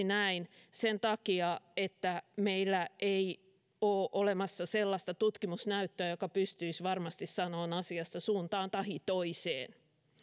näin sen takia että meillä ei ole olemassa sellaista tutkimusnäyttöä joka pystyisi varmasti sanomaan asiasta suuntaan tahi toiseen